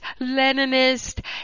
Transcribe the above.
Leninist